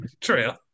trail